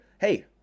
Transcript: hey